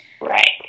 Right